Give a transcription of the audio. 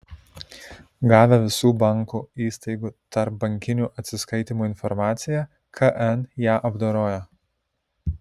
gavę visų bankų įstaigų tarpbankinių atsiskaitymų informaciją kn ją apdoroja